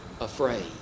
afraid